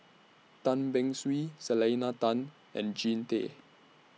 Tan Beng Swee Selena Tan and Jean Tay